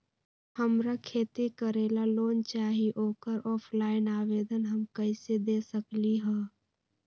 हमरा खेती करेला लोन चाहि ओकर ऑफलाइन आवेदन हम कईसे दे सकलि ह?